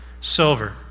silver